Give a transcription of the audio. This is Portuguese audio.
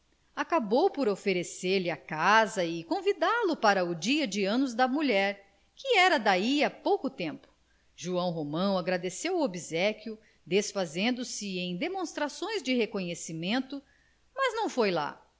acabou por oferecer-lhe a casa e convidá-lo para o dia de anos da mulher que era daí a pouco tempo joão romão agradeceu o obséquio desfazendo se em demonstrações de reconhecimento mas não foi lá